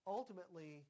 ultimately